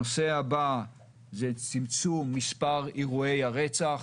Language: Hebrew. הנושא הבא זה צמצום מספר אירועי הרצח